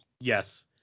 Yes